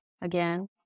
again